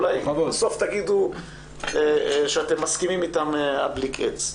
אולי בסוף תגידו שאתם מסכימים איתם עד בלי קץ.